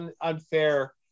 unfair